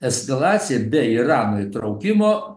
eskalacija be irano įtraukimo